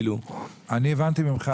אני הבנתי ממך,